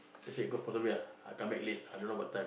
I come back late I don't know what time